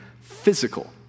physical